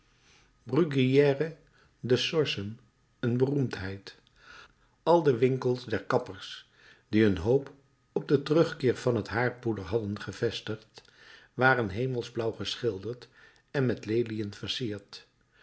bruguière de sorsum een beroemdheid al de winkels der kappers die hun hoop op den terugkeer van het haarpoeder hadden gevestigd waren hemelsblauw geschilderd en met leliën versierd